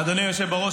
אדוני היושב בראש,